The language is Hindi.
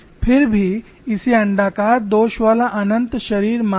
फिर भी इसे अण्डाकार दोष वाला अनंत शरीर मानते हैं